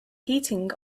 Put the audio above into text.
heating